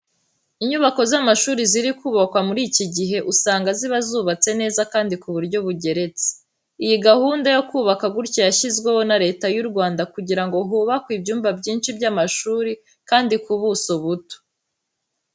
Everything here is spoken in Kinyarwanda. Inyubako z'amashuri ziri kubakwa muri iki gihe usanga ziba zubatse neza kandi ku buryo bugeretse. Iyi gahunda yo kubaka gutya yashyizweho na Leta y'u Rwanda kugira ngo hubakwe ibyumba byinshi by'amashuri kandi ku buso buto.